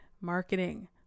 marketing